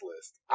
list